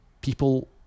people